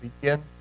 begin